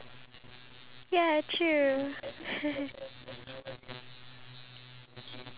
the iphone so on they've got their tablets with them wherever they go